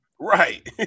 Right